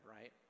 right